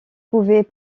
pouvait